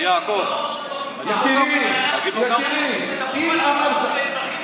אם אתה שר הדתות